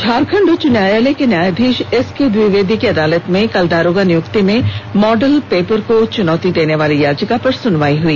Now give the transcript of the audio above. झारखंड उच्च न्यायालय के न्यायाधीश एसके द्विवेदी की अदालत में कल दारोगा नियुक्ति में मॉडल पेपर को चुनौती देने वाली याचिका पर सुनवाई हुई